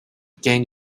gain